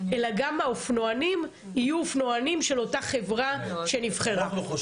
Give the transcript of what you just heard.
אלא גם האופנוענים יהיו אופנוענים של אותה חברה שנבחרה.